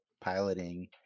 piloting